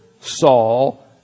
Saul